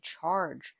charge